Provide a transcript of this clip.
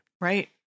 Right